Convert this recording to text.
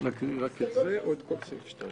אני מזכיר שדחינו את ההסתייגות ויש רביזיה,